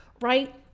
right